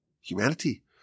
Humanity